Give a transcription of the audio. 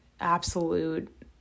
Absolute